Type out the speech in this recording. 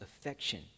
affection